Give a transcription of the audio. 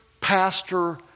pastor